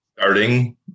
starting